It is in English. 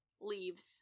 leaves